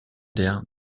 der